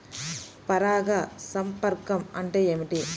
పరాగ సంపర్కం అంటే ఏమిటి?